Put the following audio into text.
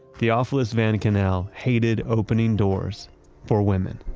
theophilus van kannel hated opening doors for women.